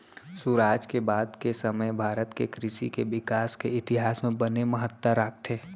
सुराज के बाद के समे भारत के कृसि के बिकास के इतिहास म बने महत्ता राखथे